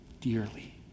dearly